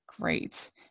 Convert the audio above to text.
great